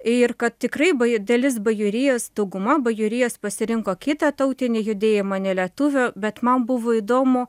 ir kad tikrai baj dalis bajorijos dauguma bajorijos pasirinko kitą tautinį judėjimą ne lietuvių bet man buvo įdomu